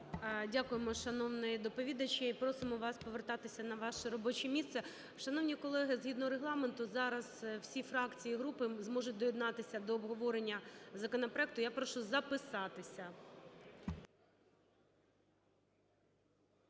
Дякуємо, шановний доповідач, і просимо вас повертатися на ваше робоче місце. Шановні колеги, згідно регламенту зараз всі фракції і групи зможуть доєднатися до обговорення законопроекту. Я прошу записатися.